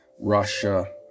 Russia